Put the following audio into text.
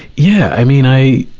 yeah. i mean, i,